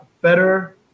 better